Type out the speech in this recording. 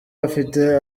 afite